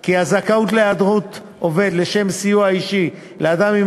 כי הזכאויות להיעדרות עובד לשם סיוע אישי לאדם עם